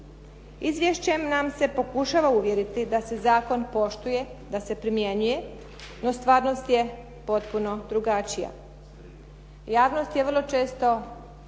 Izvješćem nam se pokušava uvjeriti da se zakon poštuje, da se primjenjuje, no stvarnost je potpuno drugačija. Javnost je vrlo često